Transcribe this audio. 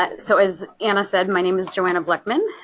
but so as anna said my name is johanna bleckman.